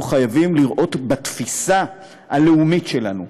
חייבים לראות בתפיסה הלאומית שלנו.